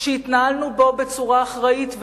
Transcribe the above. והתנהלנו בו בצורה אחראית,